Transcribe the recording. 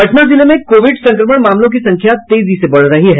पटना जिले में कोविड संक्रमण मामलों की संख्या तेजी से बढ़ रही है